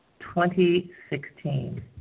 2016